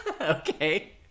Okay